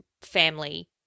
family